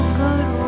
good